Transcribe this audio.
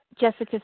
Jessica